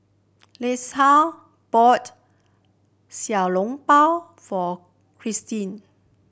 Iesha bought Xiao Long Bao for Cyndi